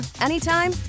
anytime